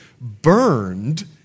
burned